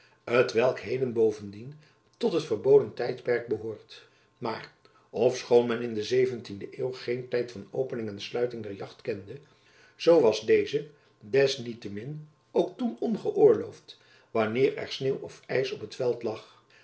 t welk heden bovendien tot het verboden tijdperk behoort maar ofschoon men in de zeventiende eeuw geen tijd van opening en sluiting der jacht kende zoo was deze des niet te min ook toen ongeöorloofd wanneer er sneeuw of ijs op het veld lag